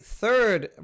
third